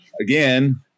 again